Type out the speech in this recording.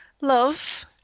love